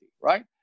right